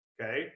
okay